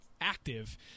active